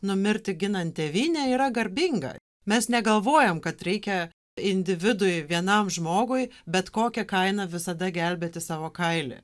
numirti ginant tėvynę yra garbinga mes negalvojam kad reikia individui vienam žmogui bet kokia kaina visada gelbėti savo kailį